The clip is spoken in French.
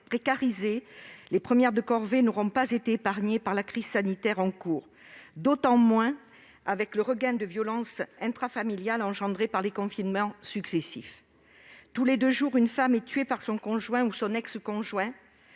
précarisées : les « premières de corvée » n'auront pas été épargnées par la crise sanitaire en cours, d'autant moins avec le regain de violences intrafamiliales engendré par les confinements successifs. Tous les deux jours, une femme est tuée par son conjoint ou son ex-conjoint,